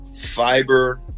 fiber